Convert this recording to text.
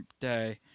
day